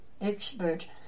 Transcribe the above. expert